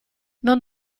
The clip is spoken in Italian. non